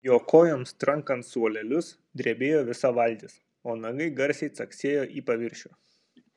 jo kojoms trankant suolelius drebėjo visa valtis o nagai garsiai caksėjo į paviršių